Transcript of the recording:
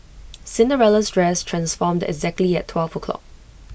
Cinderella's dress transformed exactly at twelve o'clock